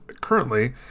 currently